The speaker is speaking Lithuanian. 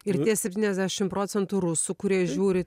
ir tie septyniasdešim procentų rusų kurie žiūri